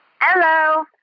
Hello